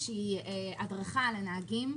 הדרכה כלשהי לנהגים,